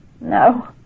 No